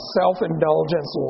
self-indulgence